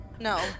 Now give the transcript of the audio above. No